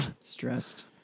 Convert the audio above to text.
Stressed